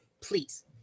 please